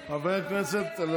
שממשלת, תודה.